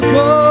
go